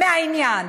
חוץ מהעניין